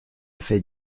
fait